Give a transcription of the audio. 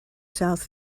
south